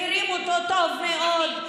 מכירים אותו טוב מאוד.